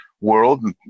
world